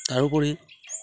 তাৰোপৰি